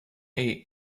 eat